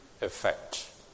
effect